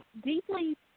deeply